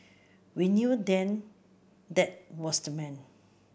we knew then that was the man